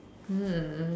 hmm